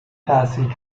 تحصیل